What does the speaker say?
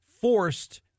forced